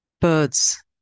Birds